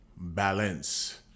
Balance